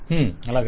client who